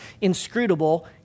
Inscrutable